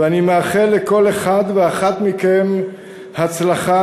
ואני מאחל לכל אחד ואחת מכם הצלחה,